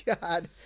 God